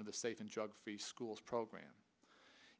the state and geography schools program